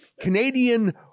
Canadian